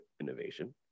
innovation